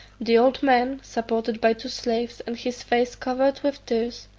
the old man, supported by two slaves, and his face covered with tears,